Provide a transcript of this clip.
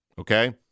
okay